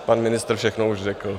Pan ministr všechno už řekl.